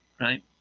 Right